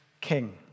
king